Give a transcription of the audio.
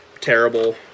terrible